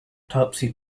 topsy